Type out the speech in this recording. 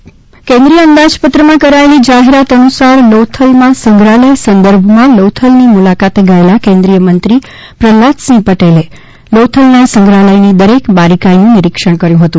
પ્રહ્લાદસિંહ્ પટેલ કેન્દ્રિય અંદાજપત્રમાં કરાયેલી જાહેરાત અનુસાર લોથલમાં સંગ્ર હાલય સંદર્ભમાં લોથલની મુલાકાતે ગયેલા કેન્દ્રિય મંત્રી પ્રહલાદસિંહ પટેલે લોથલના સંગ્રહાલયની દરેક બારીકાઈનું નિરીક્ષણ કર્યું હતું